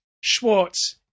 Schwartz